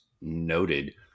noted –